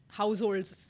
households